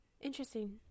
interesting